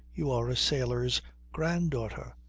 you are a sailor's granddaughter,